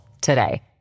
today